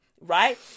right